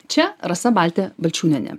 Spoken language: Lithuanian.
čia rasa baltė balčiūnienė